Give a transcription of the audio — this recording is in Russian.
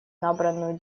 набранную